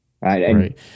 Right